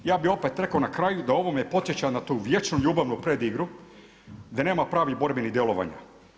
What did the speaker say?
Ja bih opet rekao na kraju da ovo me podsjeća na tu vječnu ljubavnu predigru, da nema pravih borbenih djelovanja.